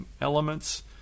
elements